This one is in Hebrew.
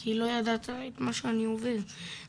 כי היא לא ידעה את מה שאני עובר בהתחלה,